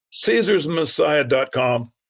CaesarsMessiah.com